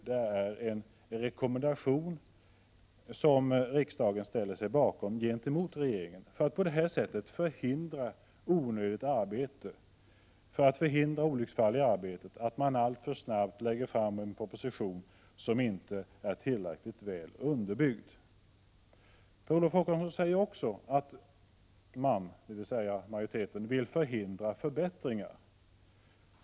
Det är en rekommendation som riksdagen ställer sig bakom gentemot regeringen för att på det sättet förhindra onödigt arbete, för att förhindra olycksfalli arbetet så att man inte alltför snabbt lägger fram en proposition som inte är Prot. 1987/88:32 tillräckligt väl underbyggd. 26 november 1987 Per Olof Håkansson säger också att man — dvs. majoriteten — vill förhindra == Tog förbättringar.